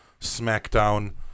SmackDown